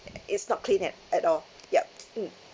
it's not clean at at all ya mm